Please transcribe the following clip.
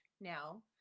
now